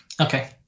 Okay